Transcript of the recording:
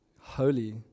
holy